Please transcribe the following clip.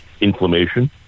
inflammation